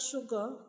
sugar